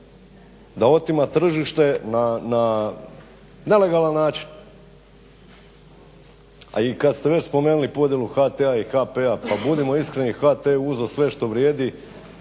da otima tržište na nelegalan način. A i kad ste već spomenuli podjelu HT-a i HP-a pa budimo iskreni HT je uzeo sve što vrijedi